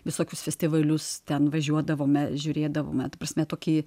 visokius festivalius ten važiuodavome žiūrėdavome prasme tokie